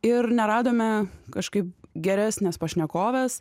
ir neradome kažkaip geresnės pašnekovės